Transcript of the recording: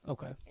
Okay